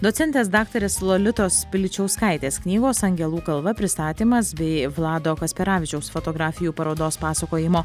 docentės daktarės lolitos piličiauskaitės knygos angelų kalva pristatymas bei vlado kasperavičiaus fotografijų parodos pasakojimo